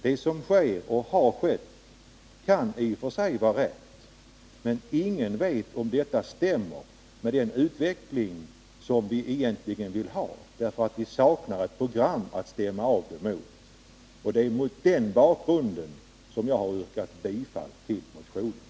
Det som sker och har skett kan i och för sig vara riktigt, men ingen vet om det stämmer med den utveckling som vi egentligen vill ha, eftersom vi saknar ett program att stämma av emot. Det är mot den bakgrunden jag har yrkat bifall till motionen.